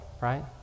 right